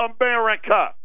America